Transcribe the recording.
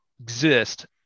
exist